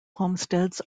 homesteads